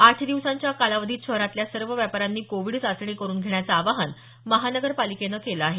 आठ दिवसांच्या कालावधीत शहरातील सर्व व्यापाऱ्यांनी कोविड चाचणी करून घेण्याचं आवाहन महानगरपालिकेनं केलं आहे